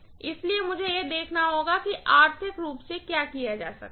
इसलिए मुझे यह देखना होगा कि आर्थिक रूप से क्या किया जाता है